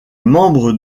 membres